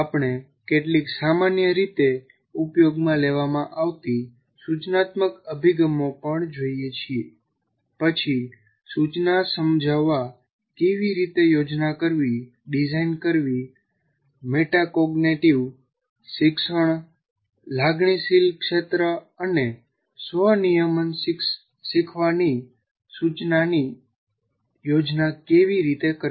આપણે કેટલીક સામાન્ય રીતે ઉપયોગમાં લેવામાં આવતી સૂચનાત્મક અભિગમો પણ જોઈએ છીએ પછી સુચના સમજાવવા કેવી રીતે યોજના કરવી ડિઝાઇન કરવી મેટાકોગ્નેટીવ શિક્ષણ લાગણીશીલ ક્ષેત્ર અને સ્વ નિયમન શીખવાની સૂચનાની યોજના કેવી રીતે કરવી